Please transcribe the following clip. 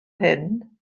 hyn